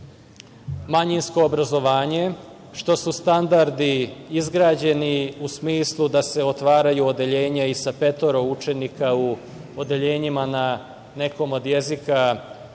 manjinsko obrazovanje, što su standardi izgrađeni u smislu da se otvaraju odeljenja i sa petoro učenika u odeljenjima na nekom od jezika